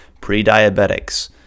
pre-diabetics